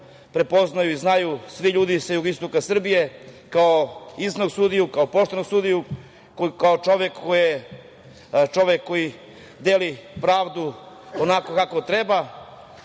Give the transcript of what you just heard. prepoznaju i znaju svi ljudi sa jugoistoka Srbije kao iskusnog sudiju, kao poštenog sudiju, kao čoveka koji deli pravdu onako kako treba.